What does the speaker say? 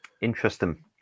Interesting